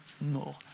more